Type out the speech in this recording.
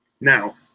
Now